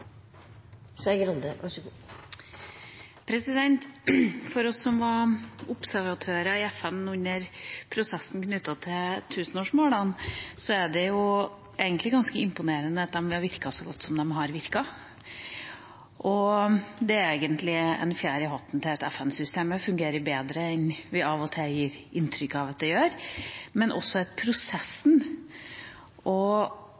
det egentlig ganske imponerende at de har virket så godt som de har virket. Det er egentlig en fjær i hatten til FN-systemet, at det fungerer bedre enn vi av og til gir inntrykk av at det gjør, men også at prosessen og